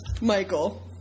Michael